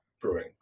brewing